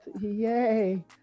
Yay